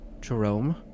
Jerome